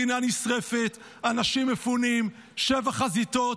המדינה נשרפת, אנשים מפונים, שבע חזיתות.